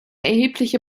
erhebliche